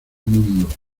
mundo